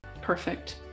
Perfect